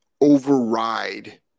Override